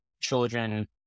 children